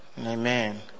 Amen